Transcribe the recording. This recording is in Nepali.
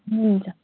हुन्छ